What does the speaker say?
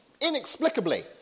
inexplicably